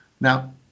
Now